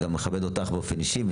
וגם אותך באופן אישי.